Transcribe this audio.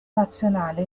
nazionale